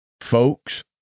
Folks